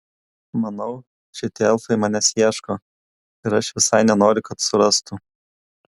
manau šitie elfai manęs ieško ir aš visai nenoriu kad surastų